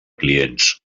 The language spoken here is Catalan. clients